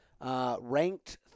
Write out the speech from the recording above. Ranked